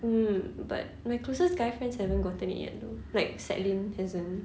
mm but my closest guy friends haven't gotten it yet though know like set lin hasn't